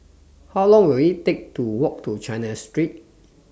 How Long Will IT Take to Walk to China Street